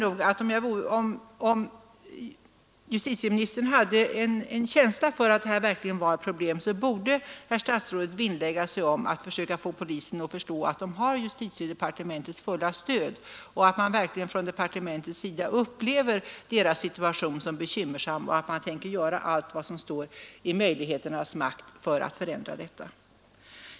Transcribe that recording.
Om justitieministern hade en känsla för att detta verkligen är ett problem, borde han vinnlägga sig om att försöka få polisen att förstå att den har justitiedepartementets fulla stöd och att man verkligen inom departementet upplever polisens situation som bekymmersam och tänker göra allt vad som står i möjligheternas makt för att förändra denna besvärliga situation.